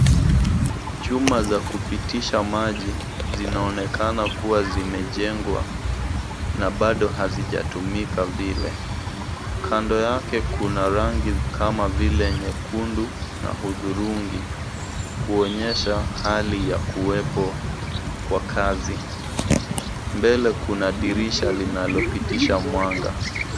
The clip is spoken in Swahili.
Chuma za kupitisha maji zinaonekana kuwa zimejangwa na bado hazijatumika vile. Kando yake kuna rangi kama vile nyekundu na hudhurungi kuonyesha hali ya kuwepo kwa kazi. Mbele kuna dirisha linalopitisha mwanga.